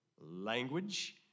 language